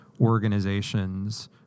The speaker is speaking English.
organizations